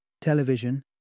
television